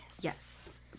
Yes